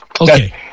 Okay